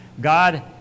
god